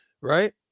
right